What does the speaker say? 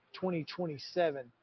2027